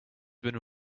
been